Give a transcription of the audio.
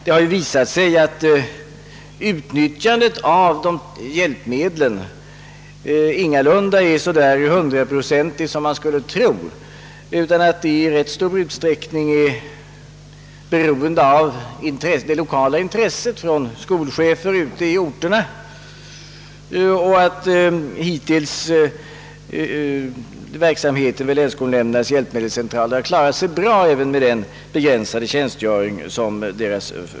Det har visat sig att utnyttjandet av hjälpmedlen ingalunda är hundraprocentigt, som man skulle tro. Utnyttjandet beror i rätt stor utsträckning på det lokala intresset hos skolcheferna ute i orterna, och hittills har verksamheten vid länsskolnämndernas hjälpmedelscentraler klarats bra även med föreståndarnas begränsade tjänstgöring.